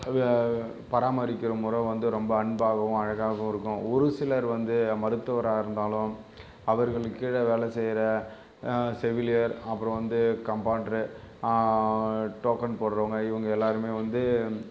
பராமரிக்கின்ற முறை வந்து ரொம்ப அன்பாகவும் அழகாகவும் இருக்கும் ஒரு சிலர் வந்து மருத்துவராக இருந்தாலும் அவர்களுக்கு கீழே வேலை செய்கிற செவிலியர் அப்புறம் வந்து கம்போன்ட்ரு டோக்கன் போடுறவங்க இவங்க எல்லோருமே வந்து